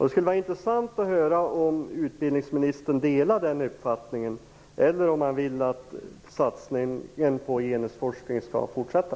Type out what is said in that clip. Det skulle vara intressant att höra om utbildningsministern delar den uppfattningen eller om han vill att satsningen på genusforskningen skall fortsätta.